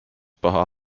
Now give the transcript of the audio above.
paha